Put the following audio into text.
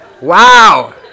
Wow